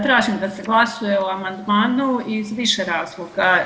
Tražim da se glasuje o amandmanu iz više razloga.